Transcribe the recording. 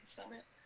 Summit